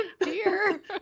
dear